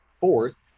fourth